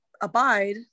Abide